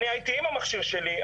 אני הייתי עם המכשיר שלי,